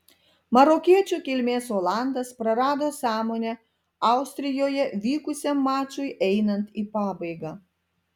marokiečių kilmės olandas prarado sąmonę austrijoje vykusiam mačui einant į pabaigą